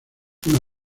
una